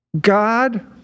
God